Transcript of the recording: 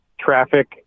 Traffic